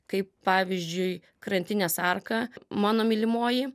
kaip pavyzdžiui krantinės arka mano mylimoji